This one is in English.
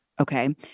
okay